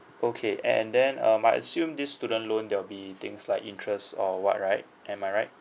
okay and then um I assume this student loan there'll be things like interest or what right am I right